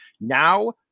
Now